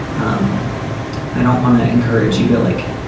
um i don't want to encourage you to like